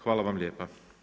Hvala vam lijepa.